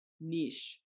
Niche